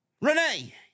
Renee